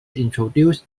introduced